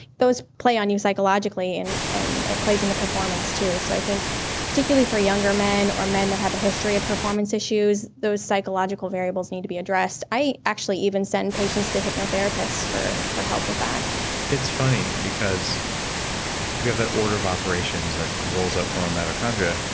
those play on you psychologically, and and it plays into performance, too. so i think particularly for younger men, or men that have a history of performance issues, those psychological variables need to be addressed. i actually even send patients to hypnotherapists for for help with that it's funny, because we have that order of operations that rolls up from our mitochondria,